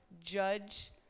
judge